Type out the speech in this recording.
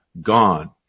God